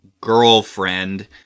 girlfriend